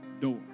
door